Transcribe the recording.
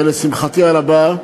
ולשמחתי הרבה,